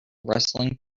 wrestling